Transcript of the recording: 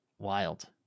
wild